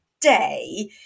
day